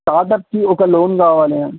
స్టార్ట్అప్కి ఒక లోన్ కావాలి అని